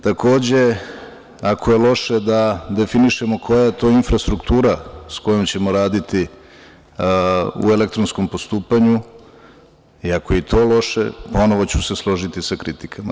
Takođe, ako je loše da definišemo koja je to infrastruktura sa kojom ćemo raditi u elektronskom postupanju, iako je i to loše, ponovo ću se složiti sa kritikama.